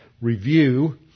review